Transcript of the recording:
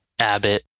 Abbott